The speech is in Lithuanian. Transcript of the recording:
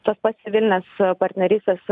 tas pats civilinės partnerystės